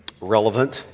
relevant